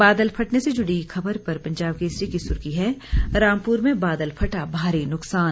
बादल फटने से जुड़ी खबर पर पंजाब केसरी की सुर्खी है रामपुर में बादल फटा भारी नुकसान